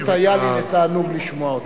פשוט היה לי לתענוג לשמוע אותה.